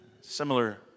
similar